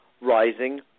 rising